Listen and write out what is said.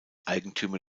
eigentümer